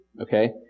okay